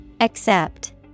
Accept